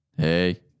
Hey